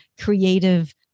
creative